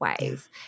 ways